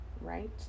right